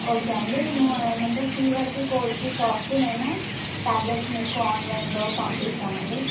okay అండి ఏమంటారు ఫీవర్కి కోల్డ్కి కాఫ్కి నేను ట్యాబ్లెట్స్ మీకు ఆన్లైన్లో పంపిస్తానండి